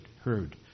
heard